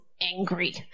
angry